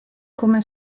come